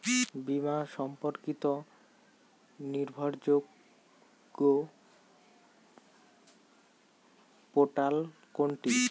বীমা সম্পর্কিত নির্ভরযোগ্য পোর্টাল কোনটি?